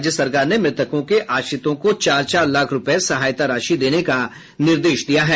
राज्य सरकार ने मृतकों के आश्रितों को चार चार लाख रूपये सहायता राशि देने का निर्देश दिया है